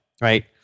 Right